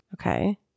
Okay